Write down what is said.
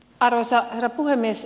arvoisa herra puhemies